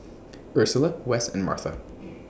Ursula Wess and Martha